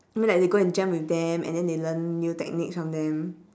I mean like they go and jam with them and then they learn new techniques from them